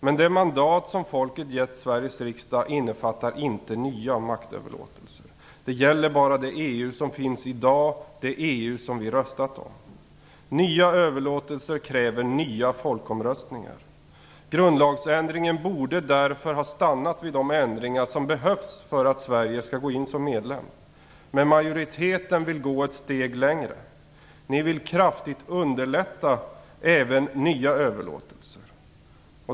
Men det mandat som folket gett Sveriges riksdag innefattar inte nya maktöverlåtelser. Det gäller bara det EU som finns i dag, det EU som vi har röstat om. Nya överlåtelser kräver nya folkomröstningar. Grundlagsändringen borde därför ha stannat vid de ändringar som behövs för att Sverige skall gå in som medlem. Men majoriteten vill gå ett steg längre. Ni vill kraftigt underlätta även nya överlåtelser.